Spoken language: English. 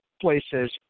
places